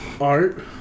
art